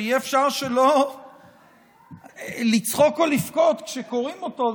שאי-אפשר שלא לצחוק או לבכות כשקוראים אותו,